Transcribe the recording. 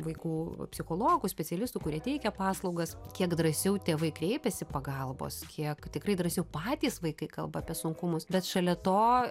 vaikų psichologų specialistų kurie teikia paslaugas kiek drąsiau tėvai kreipiasi pagalbos kiek tikrai drąsiau patys vaikai kalba apie sunkumus bet šalia to